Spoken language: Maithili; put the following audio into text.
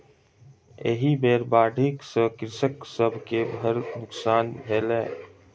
एहि बेर बाढ़ि सॅ कृषक सभ के बड़ नोकसान भेलै